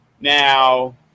Now